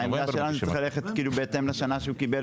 והעמדה שלנו היא שצריך ללכת בהתאם לשנה שבה הוא קיבל,